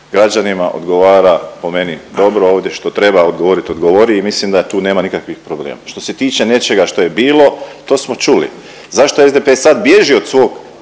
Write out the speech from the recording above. građanima, odgovara po meni dobro. Ovdje što treba odgovoriti odgovori i mislim da tu nema nikakvih problema. Što se tiče nečega što je bilo to smo čuli. Zašto SDP sad bježi od svog